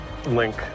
link